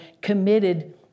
committed